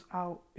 out